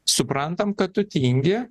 suprantam kad tu tingi